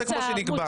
כמו שנקבע.